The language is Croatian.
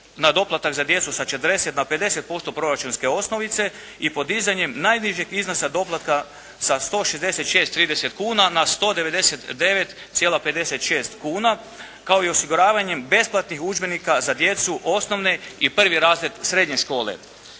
na doplatak za djecu sa 40 na 50% proračunske osnovice i podizanjem najnižeg iznosa doplatka sa 166,30 kuna na 199,56 kuna kao i osiguravanjem besplatnih udžbenika na djecu osnovne i 1. razred srednje škole.